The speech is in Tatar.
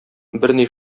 берни